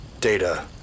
data